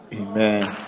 amen